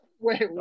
Wait